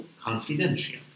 confidential